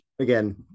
again